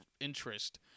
interest